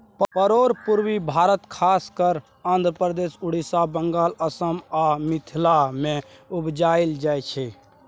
परोर पुर्वी भारत खास कय आंध्रप्रदेश, उड़ीसा, बंगाल, असम आ मिथिला मे उपजाएल जाइ छै